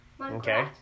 Okay